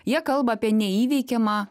jie kalba apie neįveikiamą